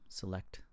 select